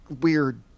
weird